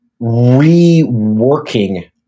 reworking